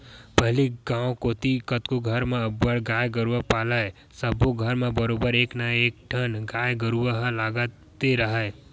पहिली गांव कोती कतको घर म अब्बड़ गाय गरूवा पालय सब्बो घर म बरोबर एक ना एकठन गाय गरुवा ह लगते राहय